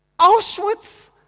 Auschwitz